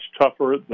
tougher